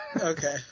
Okay